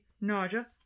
Nausea